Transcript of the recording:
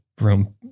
room